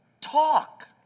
talk